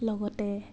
লগতে